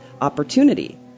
opportunity